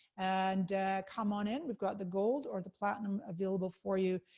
and come on in, we got the gold or the platinum available for you.